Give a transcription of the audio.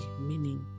meaning